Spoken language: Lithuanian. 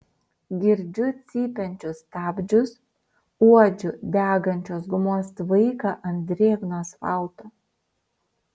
girdžiu cypiančius stabdžius uodžiu degančios gumos tvaiką ant drėgno asfalto